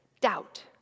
doubt